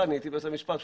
אני הייתי באמצע משפט,